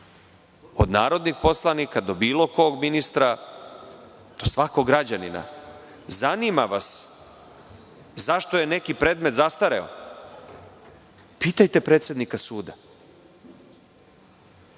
od narodnih poslanika do bilo kog ministra, do svakog građanina. Zanima vas zašto je neki predmet zastareo. Pitajte predsednika suda.